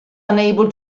unable